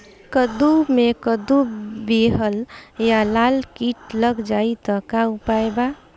कद्दू मे कद्दू विहल या लाल कीट लग जाइ त का उपाय बा?